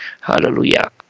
Hallelujah